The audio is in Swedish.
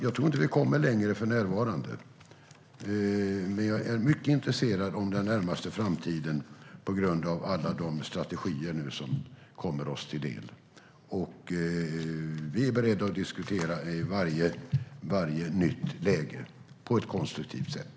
Jag tror inte att vi kommer längre för närvarande, men jag är mycket intresserad av den närmaste framtiden på grund av alla de strategier som nu kommer oss till del. Vi är beredda att diskutera i varje nytt läge - på ett konstruktivt sätt.